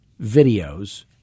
videos